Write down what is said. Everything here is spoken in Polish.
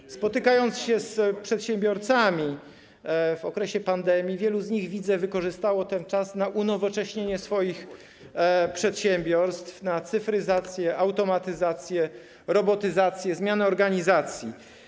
Gdy spotykam się z przedsiębiorcami w okresie pandemii, widzę, że wielu z nich wykorzystało ten czas na unowocześnienie swoich przedsiębiorstw, na cyfryzację, automatyzację, robotyzację, zmianę organizacji.